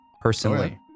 personally